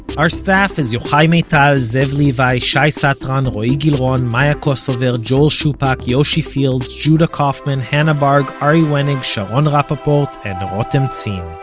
our staff is yochai maital, zev levi, shai satran, and roee gilron, maya kosover, joel shupack, yoshi fields, judah kauffman, hannah barg, ari wenig, sharon rapaport and rotem zin.